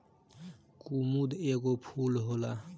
कुमुद एगो फूल होला